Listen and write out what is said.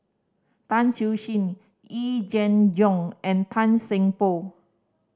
Tan Siew Sin Yee Jenn Jong and Tan Seng Poh